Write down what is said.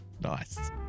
Nice